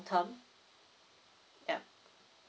term ya